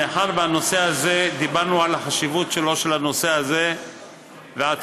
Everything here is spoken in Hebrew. מאחר שדיברנו על החשיבות של הנושא הזה ועד